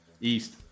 East